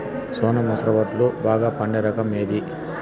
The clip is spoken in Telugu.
సోనా మసూర వడ్లు బాగా పండే రకం ఏది